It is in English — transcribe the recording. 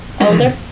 Older